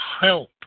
help